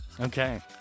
Okay